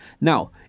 Now